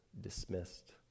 dismissed